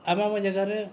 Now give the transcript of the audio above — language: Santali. ᱟᱭᱢᱟ ᱟᱭᱢᱟ ᱡᱟᱭᱜᱟ ᱨᱮ